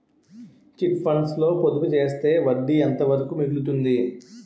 Chit funds లో పొదుపు చేస్తే వడ్డీ ఎంత వరకు మిగులుతుంది?